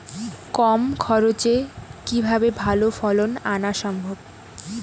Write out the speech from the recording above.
কম খরচে কিভাবে ভালো ফলন আনা সম্ভব?